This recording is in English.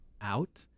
out